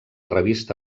revista